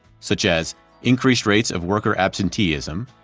such as increased rates of worker absenteeism,